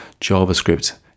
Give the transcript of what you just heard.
javascript